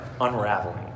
unraveling